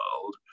world